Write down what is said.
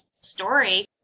story